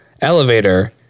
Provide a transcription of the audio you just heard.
elevator